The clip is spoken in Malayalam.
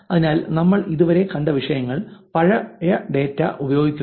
അതിനാൽ നമ്മൾ ഇതുവരെ കണ്ട വിഷയങ്ങൾ പഴയ ഡാറ്റയാണ് ഉപയോഗിക്കുന്നത്